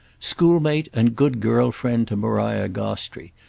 schoolmate and good girlfriend to maria gostrey,